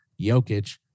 Jokic